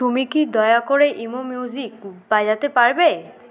তুমি কি দয়া করে ইমো মিউজিক বাজাতে পারবে